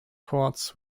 chords